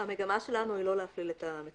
המגמה שלנו היא לא להפליל את המתדלק,